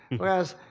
whereas,